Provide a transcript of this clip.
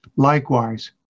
Likewise